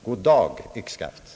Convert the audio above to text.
Goddag yxskaft!